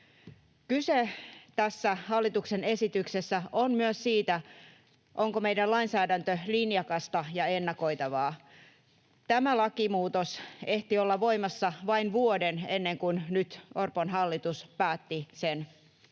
Kyse tässä hallituksen esityksessä on myös siitä, onko meidän lainsäädäntö linjakasta ja ennakoitavaa. Tämä lakimuutos ehti olla voimassa vain vuoden, ennen kuin nyt Orpon hallitus päätti sen